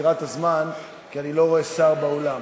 ספירת הזמן כי אני לא רואה שר באולם.